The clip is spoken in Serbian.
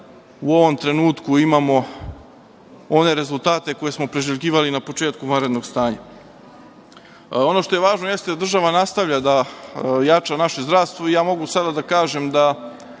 u ovom trenutku, imamo one rezultate koje smo priželjkivali na početku vanrednog stanja. Ono što je važno jeste da država nastavlja da jača naše zdravstvo i mogu da kažem da,